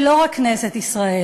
שלא רק כנסת ישראל,